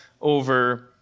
Over